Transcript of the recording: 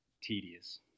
tedious